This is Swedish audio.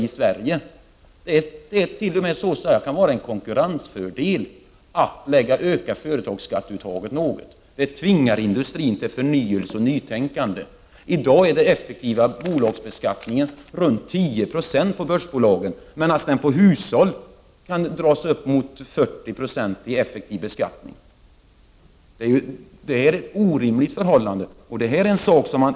Det kan t.o.m. vara en konkurrensfördel att öka företagsskatteuttaget något. Det tvingar industrin till förnyelse och nytänkande. I dag är den effektiva bolagsskatten ca 10 90 på börsbolagen, medan hushåll får betala upp till 40 96 i effektiv skatt. Det är ett orimligt förhållande.